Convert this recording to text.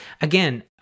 Again